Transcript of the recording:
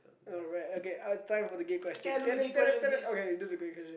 alright okay uh time for the gay question okay you do the gay question